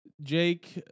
Jake